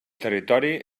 territori